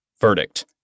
Verdict